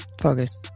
Focus